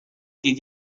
did